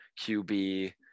QB